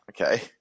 okay